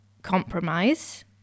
compromise